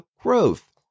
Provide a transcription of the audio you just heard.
growth